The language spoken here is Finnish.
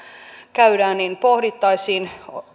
käydään pohdittaisiin